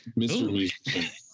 Mr